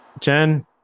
Jen